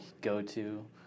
go-to